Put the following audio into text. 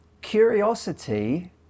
Curiosity